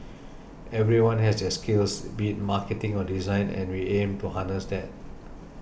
everyone has their skills be it marketing or design and we aim to harness that